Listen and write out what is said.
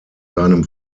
seinem